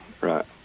right